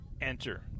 enter